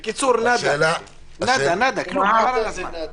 אני מניח שלנושא של המרחק הסביר יתייחסו גורמי